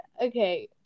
okay